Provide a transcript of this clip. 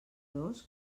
dos